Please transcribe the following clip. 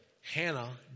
Hannah